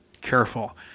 careful